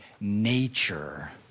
nature